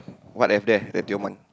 what have there the Tioman